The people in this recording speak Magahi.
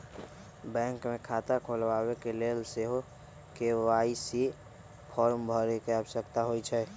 बैंक मे खता खोलबाबेके लेल सेहो के.वाई.सी फॉर्म भरे के आवश्यकता होइ छै